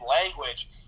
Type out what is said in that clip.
language